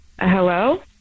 hello